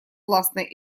властной